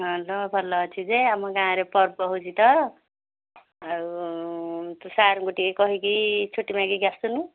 ହଁ ତ ଭଲ ଅଛି ଯେ ଆମ ଗାଁରେ ପର୍ବ ହେଉଛି ତ ଆଉ ତୁ ସାର୍ଙ୍କୁ ଟିକେ କହିକି ଛୁଟି ମାଗିକି ଆସୁନୁ